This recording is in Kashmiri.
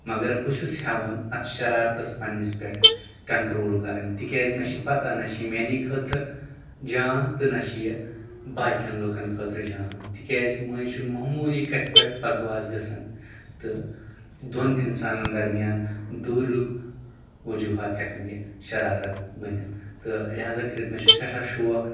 مَگر بہٕ چھُس ہیوان اَتھ شرارَتس پَنٕنِس پٮ۪ٹھ کَنٛٹرول کَرُن تِکیازِ مےٚ چھِ پَتہ نہ چھُ یہِ میانے خٲطرٕ جان تہٕ نہ چھِ یہِ باقین لُکن خٲطرٕ جان تِکیازِ مٔنٛزۍ چھِ موموٗلی کَتھِ پٮ۪ٹھ بَکواس گژھان تہٕ دۄن اِنسانن درمیان دوٗرِرُک وَجوٗہات ہَکان یہِ شرارت بٔنِتھ تہٕ لِہاظا کٔرِتھ مےٚ چھُ سٮ۪ٹھاہ شوق